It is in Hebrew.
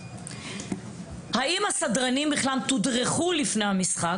האם הסדרנים בכלל תודרכו לפני המשחק?